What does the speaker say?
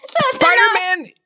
Spider-Man